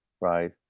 Right